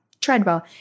Treadwell